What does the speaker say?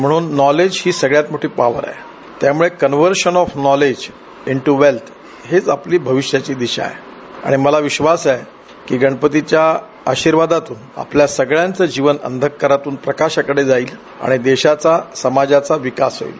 म्हणून नॉलेज ही सर्वात मोठी पॉवर आहे त्यामुळं conversion of knowledge into wealth हीच आपली भविष्याची दिशा आहे आणि मला विश्वास आहे की गणपतीच्या आशीर्वादातून आपल्या सर्वांचं जीवन अंधःकारातून प्रकाशाकडं जाईल आणि देशाचा समाजाचा विकास होईल